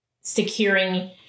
securing